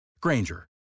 Granger